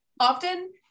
often